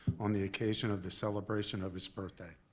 on the occasion of the celebration of his birthday.